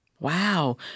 Wow